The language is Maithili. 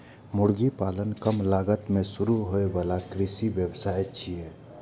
मुर्गी पालन कम लागत मे शुरू होइ बला कृषि व्यवसाय छियै